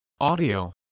audio